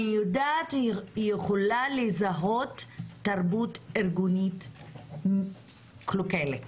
אני יודעת ויכולה לזהות תרבות ארגונית קלוקלת.